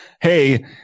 hey